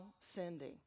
sending